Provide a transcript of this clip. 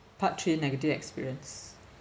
part three negative experience